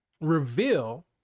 reveal